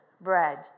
bread